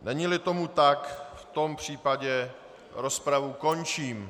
Neníli tomu tak, v tom případě rozpravu končím.